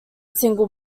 single